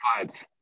vibes